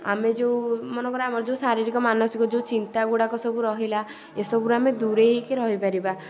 ଆମେ ଯେଉଁ ମନେକର ଆମର ଯେଉଁ ଶାରୀରିକ ମାନସିକ ଯେଉଁ ଚିନ୍ତା ଗୁଡ଼ାକ ସବୁ ରହିଲା ଏସବୁରୁ ଆମେ ଦୁରେଇ ହେଇକି ରହିପାରିବା